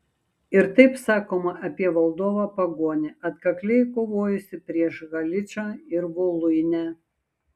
ir taip sakoma apie valdovą pagonį atkakliai kovojusį prieš haličą ir voluinę